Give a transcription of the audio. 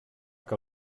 que